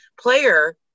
player